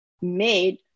made